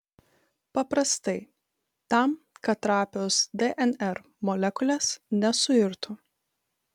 paprastai tam kad trapios dnr molekulės nesuirtų